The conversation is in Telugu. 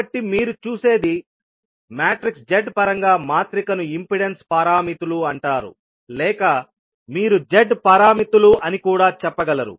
కాబట్టి మీరు చూసేది z పరంగా మాత్రిక ను ఇంపెడెన్స్ పారామితులు అంటారు లేక మీరు z పారామితులు అని కూడా చెప్పగలరు